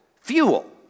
fuel